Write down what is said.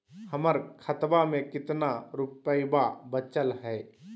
हमर खतवा मे कितना रूपयवा बचल हई?